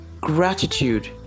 gratitude